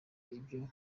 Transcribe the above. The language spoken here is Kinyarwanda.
ibyo